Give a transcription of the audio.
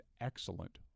excellent